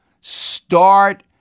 start